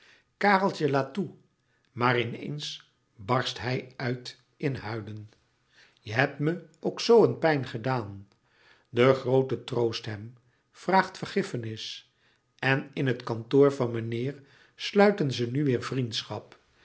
kareltje laat toe maar in eens barst hij uit in huilen je hebt me ook zoo een pijn gedaan de groote troost hem vraagt vergiffenis en in het kantoor van meneer sluiten ze nu weer vriendschap